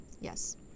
Yes